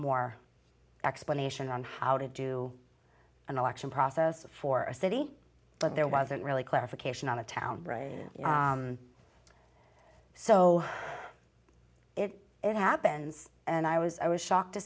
more explanation on how to do an election process for a city but there wasn't really clarification on the town so it happens and i was i was shocked to